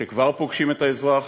שכבר פוגשים את האזרח.